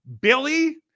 Billy